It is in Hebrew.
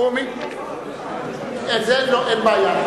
אין בעיה.